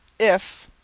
if,